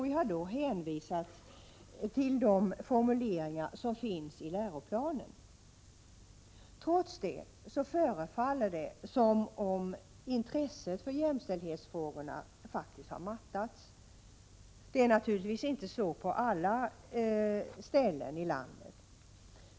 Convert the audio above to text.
Vi har då hänvisat till de formuleringar som finns i läroplanen. Trots det förefaller det som om intresset för jämställdhetsfrågorna faktiskt har mattats. Det är naturligtvis inte så på alla ställen i landet.